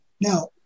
Now